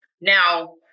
Now